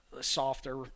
softer